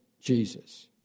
Jesus